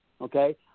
Okay